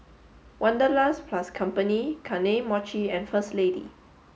Wanderlust plus Company Kane Mochi and First Lady